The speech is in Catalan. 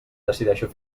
decideixo